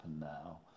now